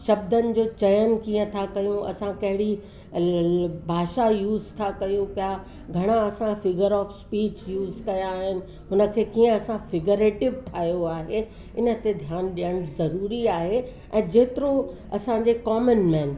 शब्दनि जो चयनि कीअं था कयूं असां कहिड़ी भाषा यूस था कयूं पिया घणा असां फिगर ऑफ स्पीच यूस कयां आहिनि हुन खे कीअं असां फिगरेटिव ठाहियो आहे इन ते ध्यानु ॾियणु ज़रूरी आहे ऐं जेतिरो असांजे कॉमनमेन